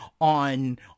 on